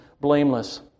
blameless